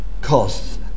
costs